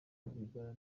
rwigara